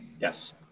Yes